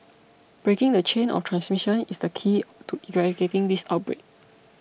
breaking the chain of transmission is the key to eradicating this outbreak